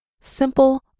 Simple